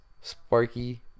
Sparky